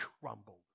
crumbled